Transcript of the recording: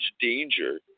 danger